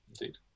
indeed